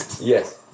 Yes